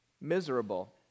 miserable